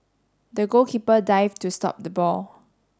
the goalkeeper dived to stop the ball